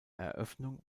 eröffnung